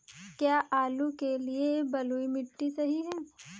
क्या आलू के लिए बलुई मिट्टी सही है?